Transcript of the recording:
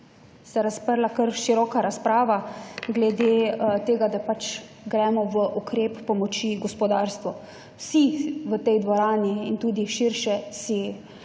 se razprla kar široka razprava glede tega, da pač gremo v ukrep pomoči gospodarstvu. Vsi v tej dvorani in tudi širše se